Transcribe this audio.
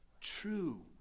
true